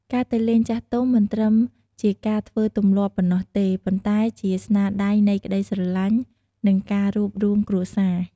ការទៅលេងចាស់ទុំមិនត្រឹមជាការធ្វើ “ទម្លាប់” ប៉ុណ្ណោះទេ ប៉ុន្តែជាស្នាដៃនៃក្តីស្រឡាញ់ និងការរួបរួមគ្រួសារ។